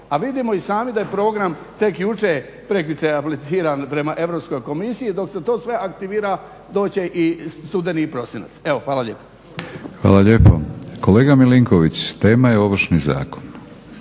A vidimo i sami da je program tek jučer, prekjučer apliciran prema Europskoj komisiji. Dok se to sve aktivira doći će i studeni i prosinac. Evo, hvala lijepo. **Batinić, Milorad (HNS)** Hvala lijepo. Kolega Milinković, tema je Ovršni zakon